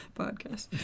podcast